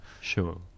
sure